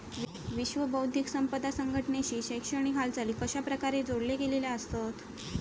विश्व बौद्धिक संपदा संघटनेशी शैक्षणिक हालचाली कशाप्रकारे जोडले गेलेले आसत?